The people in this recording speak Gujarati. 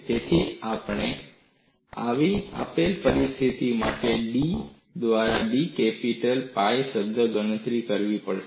તેથી તમારે આપેલ પરિસ્થિતિ માટે d દ્વારા d કેપિટલ pi શબ્દની ગણતરી કરવી પડશે